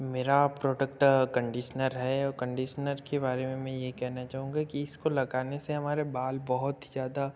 मेरा product conditioner है और कंडीसनर के बारे में मैं ये कहना चाहूँगा कि इसको लगाने से हमारे बाल बहुत ही ज्यादा